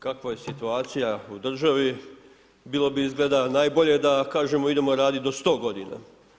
Kakva je situacija u državi bilo bi izgleda najbolje da kažemo idemo raditi do sto godina.